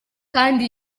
kandi